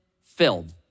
filled